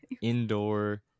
indoor